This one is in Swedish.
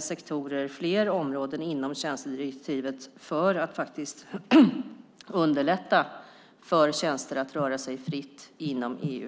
sektorer och områden inom tjänstedirektivet för att underlätta för tjänster att röra sig fritt inom EU?